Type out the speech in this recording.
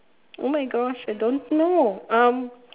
oh my gosh I don't know um